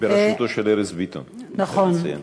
בראשותו של ארז ביטון, כדאי לציין.